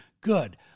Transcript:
good